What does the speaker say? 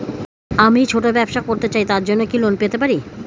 আমি ছোট ব্যবসা করতে চাই তার জন্য কি লোন পেতে পারি?